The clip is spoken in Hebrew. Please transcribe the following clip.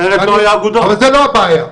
אבל זו לא הבעיה.